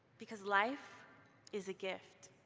because life is a gift.